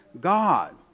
God